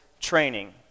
training